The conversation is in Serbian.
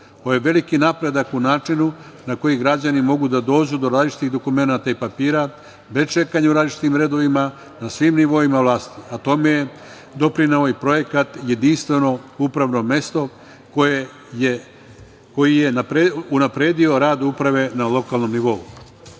je veliki napredak u načinu na koji građani mogu da dođu do različitih dokumenata i papira bez čekanja u različitim redovima na svim nivoima vlasti, a tome je doprineo ovaj projekat Jedinstveno upravno mesto, koji je unapredio rad uprave na lokalnom nivou. Vratio